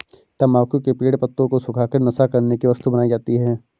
तम्बाकू के पेड़ पत्तों को सुखा कर नशा करने की वस्तु बनाई जाती है